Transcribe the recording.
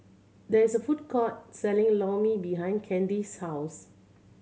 there is a food court selling Lor Mee behind Candyce's house